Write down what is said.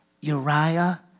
Uriah